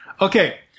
Okay